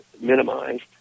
minimized